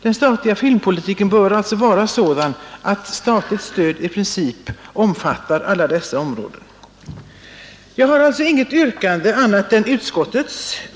Den framtida filmpolitiken bör alltså vara sådan att statligt stöd i princip omfattar alla dessa områden. Jag har alltså inget annat yrkande än utskottets.